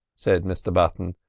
said mr button,